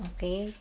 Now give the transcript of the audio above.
Okay